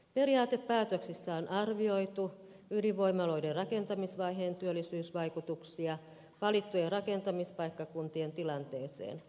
periaatepäätöksissä on arvioitu ydinvoimaloiden rakentamisvaiheen työllisyysvaikutuksia valittujen rakentamispaikkakuntien tilanteeseen